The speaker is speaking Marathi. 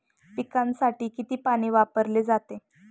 पिकांसाठी किती पाणी वापरले जाते?